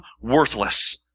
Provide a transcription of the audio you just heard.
worthless